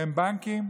ואין בנקים.